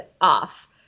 off